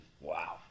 Wow